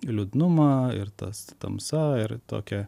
liūdnumą ir tas tamsa ir tokia